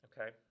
Okay